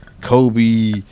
Kobe